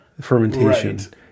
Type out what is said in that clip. fermentation